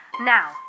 Now